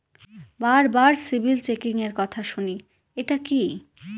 বারবার সিবিল চেকিংএর কথা শুনি এটা কি?